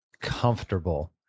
comfortable